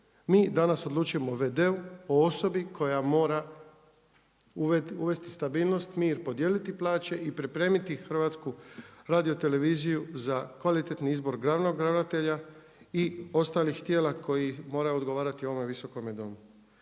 Mi danas odlučujemo o v.d.-u, o osobi koja mora uvesti stabilnost, mir i podijeliti plaće i pripremiti HRT za kvalitetni izbor glavnog ravnatelja i ostalih tijela koje moraju odgovarati ovome visokome domu.